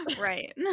Right